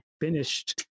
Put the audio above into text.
finished